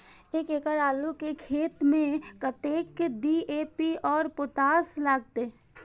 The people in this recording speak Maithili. एक एकड़ आलू के खेत में कतेक डी.ए.पी और पोटाश लागते?